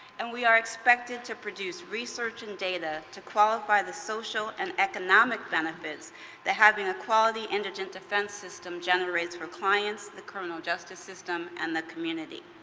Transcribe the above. and we are expected to produce research and data to qualify the social and economic benefits that having a quality indigent defense system generates for clients, the criminal justice system, and the community.